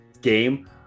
game